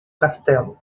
castelo